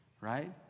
right